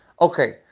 Okay